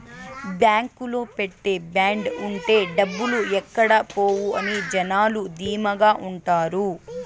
బాంకులో పెట్టే బాండ్ ఉంటే డబ్బులు ఎక్కడ పోవు అని జనాలు ధీమాగా ఉంటారు